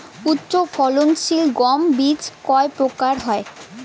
উচ্চ ফলন সিল গম বীজ কয় প্রকার হয়?